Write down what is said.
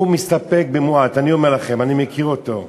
הוא מסתפק במועט, אני אומר לכם, אני מכיר אותו.